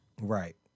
Right